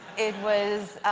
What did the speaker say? it was,